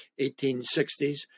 1860s